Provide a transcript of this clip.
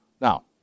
Now